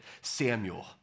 Samuel